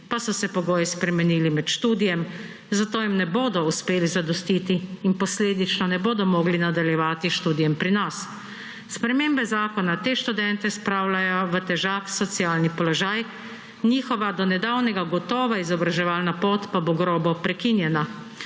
pa so se pogoji spremenili med študijem, zato jim ne bodo uspeli zadostiti in posledično ne bodo mogli nadaljevati s študijem pri nas. Spremembe zakona te študente spravljajo v težak socialni položaj. Njihova do nedavnega gotova izobraževalna pot pa bo grobo prekinjena.